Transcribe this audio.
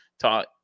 taught